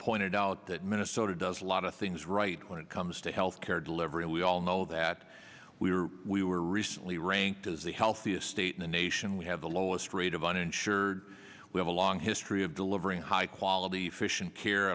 pointed out that minnesota does a lot of things right when it comes to health care delivery and we all know that we were we were recently ranked as the healthiest state in the nation we have the lowest rate of uninsured we have a long history of delivering high quality fish and care